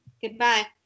Goodbye